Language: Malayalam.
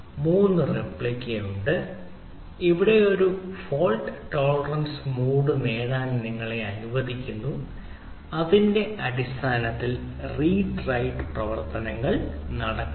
മൂന്ന് റെപ്ലിക്ക ഉണ്ട് അവിടെ ഒരു ഫോൾട് ടോളറൻസ് മോഡ് നേടാൻ നിങ്ങളെ അനുവദിക്കുന്നു അതിന്റെ അടിസ്ഥാനത്തിൽ റീഡ് റൈറ്റ് പ്രവർത്തനങ്ങൾ നടക്കുന്നു